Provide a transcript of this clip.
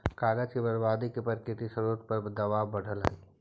कागज के बर्बादी से प्राकृतिक स्रोत पर दवाब बढ़ऽ हई